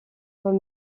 quand